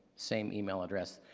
same email address,